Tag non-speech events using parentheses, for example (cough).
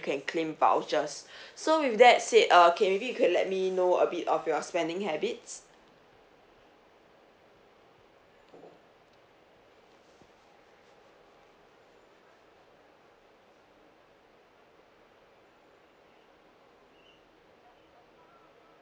you can claim vouchers (breath) so with that said uh okay maybe you could let me know a bit of your spending habits